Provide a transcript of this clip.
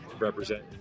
represent